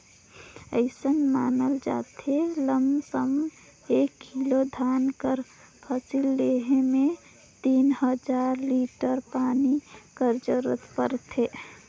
अइसन मानल जाथे लमसम एक किलो धान कर फसिल लेहे में तीन हजार लीटर पानी कर जरूरत परथे